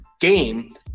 game